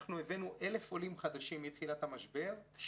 אנחנו הבאנו 1,000 חולים חדשים מתחילת המשבר.